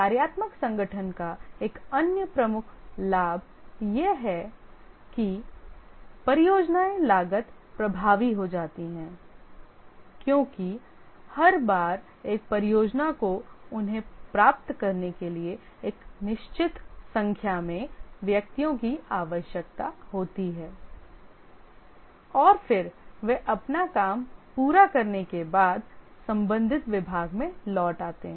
कार्यात्मक संगठन का एक अन्य प्रमुख लाभ यह है कि परियोजनाएं लागत प्रभावी हो जाती हैं क्योंकि हर बार एक परियोजना को उन्हें प्राप्त करने के लिए एक निश्चित संख्या में व्यक्तियों की आवश्यकता होती है और फिर वे अपना काम पूरा करने के बाद संबंधित विभाग में लौट आते हैं